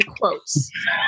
Quotes